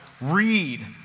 read